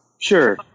Sure